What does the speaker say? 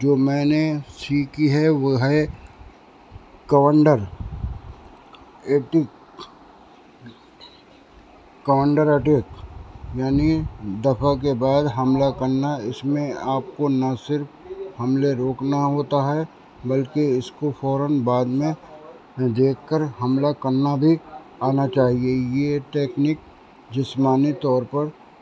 جو میں نے سیکھی ہے وہ ہے کاؤنٹر کاؤنٹر اٹیک یعنی دفعہ کے بعد حملہ کرنا اس میں آپ کو نہ صرف حملے روکنا ہوتا ہے بلکہ اس کو فوراً بعد میں دیکھ کر حملہ کرنا بھی آنا چاہیے یہ ٹیکنیک جسمانی طور پر